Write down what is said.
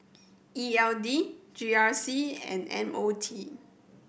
E L D G R C and M O T